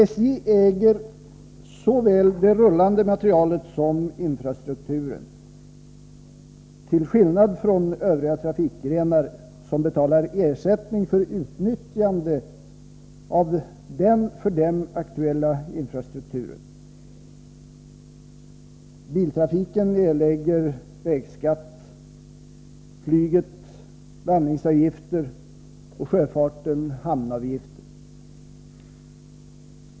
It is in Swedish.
SJ äger såväl den rullande materielen som infrastrukturen, till skillnad från övriga trafikgrenar som betalar ersättning för utnyttjandet av den för dem aktuella infrastrukturen. Biltrafiken erlägger vägskatt, flyget landningsavgifter och sjöfarten hamnavgifter.